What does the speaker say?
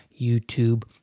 YouTube